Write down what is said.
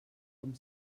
com